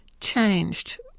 changed